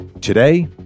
Today